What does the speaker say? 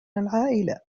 العائلة